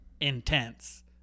intense